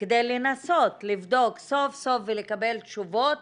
כדי לנסות לבדוק סוף סוף ולקבל תשובות